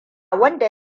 wanda